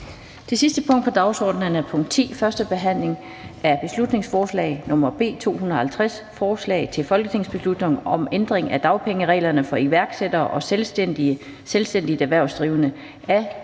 Det sidste punkt på dagsordenen er: 10) 1. behandling af beslutningsforslag nr. B 250: Forslag til folketingsbeslutning om ændring af dagpengereglerne for iværksættere og selvstændigt erhvervsdrivende. Af Mona